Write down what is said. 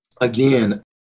again